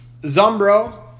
Zumbro